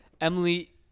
Emily